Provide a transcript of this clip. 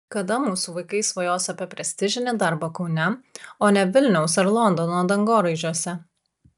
kada mūsų vaikai svajos apie prestižinį darbą kaune o ne vilniaus ar londono dangoraižiuose